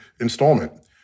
installment